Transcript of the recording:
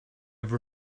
have